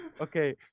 Okay